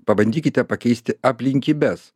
pabandykite pakeisti aplinkybes